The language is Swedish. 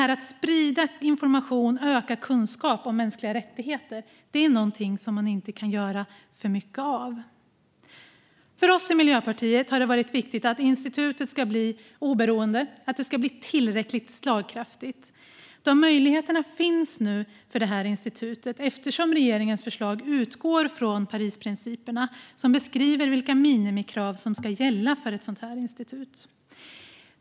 Men att sprida information och öka kunskap om mänskliga rättigheter är något man inte kan göra för mycket av. För oss i Miljöpartiet har det varit viktigt att institutet ska bli oberoende och tillräckligt slagkraftigt. De möjligheterna finns nu för institutet eftersom regeringens förslag utgår från Parisprinciperna, som beskriver vilka minimikrav som ska gälla för ett institut som detta.